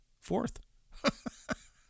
fourth